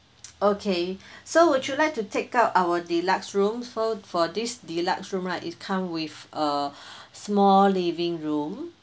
okay so would you like to take out our deluxe rooms for for these deluxe room right is come with a small living room